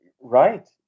Right